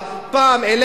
פעם נופשונים בטורקיה,